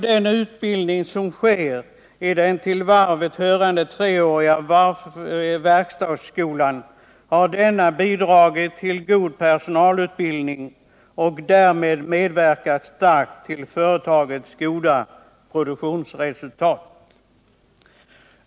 Den till varvet hörande treåriga verkstadsskolan har bidragit till god personalutbildning och därmed starkt medverkat till företagets goda produktionsresultat.